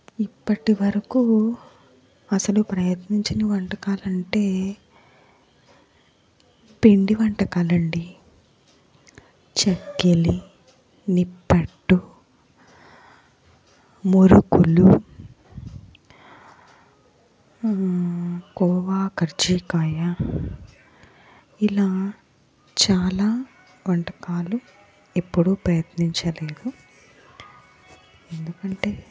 ఇప్పటివరకూ అసలు ప్రయత్నించని వంటకాలు అంటే పిండి వంటకాలు అండి చెక్కిలి నిప్పట్టు మురుకులు కోవా ఖర్జకాయ ఇలా చాలా వంటకాలు ఎప్పుడూ ప్రయత్నించలేదు ఎందుకంటే